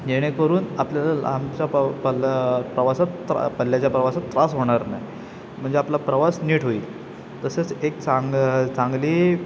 जेणेकरून आपल्याला लांबचा प पल्ला प्रवासात पल्ल्याच्या प्रवासात त्रास होणार नाही म्हणजे आपला प्रवास नीट होईल तसेच एक चांग चांगली